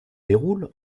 déroule